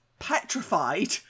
petrified